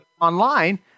online